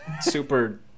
super